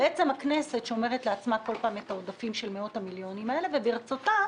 הכנסת שומרת לעצמה כל פעם את העודפים של מאות המיליונים האלה וברצותה,